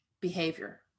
behavior